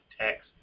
text